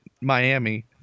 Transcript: Miami